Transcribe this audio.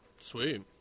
sweet